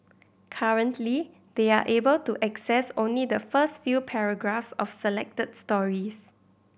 currently they are able to access only the first few paragraphs of selected stories